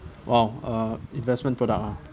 !wow! uh investment product ah